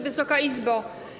Wysoka Izbo!